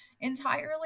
entirely